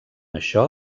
això